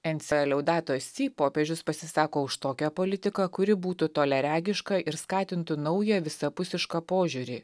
enceleudato si popiežius pasisako už tokią politiką kuri būtų toliaregiška ir skatintų naują visapusišką požiūrį